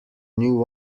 new